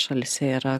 šalyse yra